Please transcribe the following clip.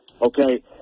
Okay